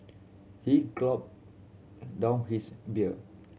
he gulped down his beer